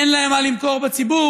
אין להם מה למכור בציבור,